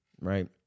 right